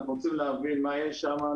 אנחנו רוצים להבין מה יש שם,